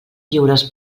lliures